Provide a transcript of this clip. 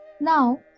Now